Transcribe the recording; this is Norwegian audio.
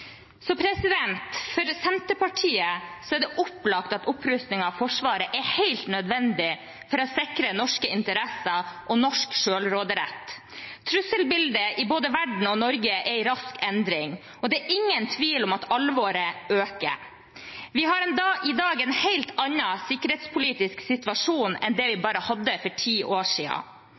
for Senterpartiet er det opplagt at opprustning av Forsvaret er helt nødvendig for å sikre norske interesser og norsk selvråderett. Trusselbildet i både verden og Norge er i rask endring, og det er ingen tvil om at alvoret øker. Vi har i dag en helt annen sikkerhetspolitisk situasjon enn det vi hadde for bare ti år